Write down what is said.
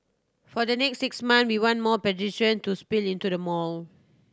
for the next six months we want more pedestrian to spill into the mall